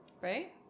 right